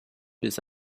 bis